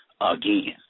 Again